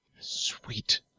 Sweet